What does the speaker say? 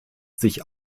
sich